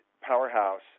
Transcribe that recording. Powerhouse